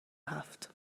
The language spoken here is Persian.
هفت